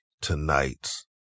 tonight's